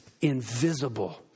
invisible